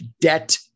debt